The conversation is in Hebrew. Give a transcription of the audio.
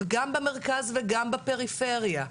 גם במרכז וגם בפריפריה.